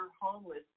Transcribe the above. homeless